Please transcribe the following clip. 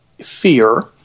fear